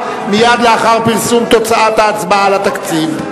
מייד לאחר פרסום תוצאת ההצבעה על התקציב.